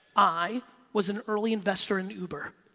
i was an early investor in uber.